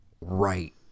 right